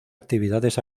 actividades